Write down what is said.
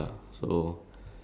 um